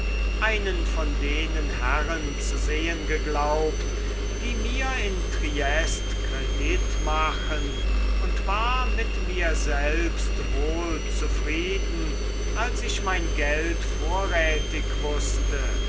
einen von denen herren zu sehen geglaubt die mir in triest kredit machen und war mit mir selbst wohl zufrieden als ich mein geld vorrätig wußte